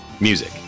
Music